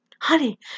honey